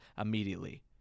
immediately